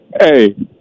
Hey